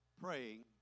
praying